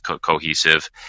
cohesive